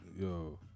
Yo